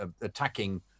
attacking